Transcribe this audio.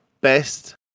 best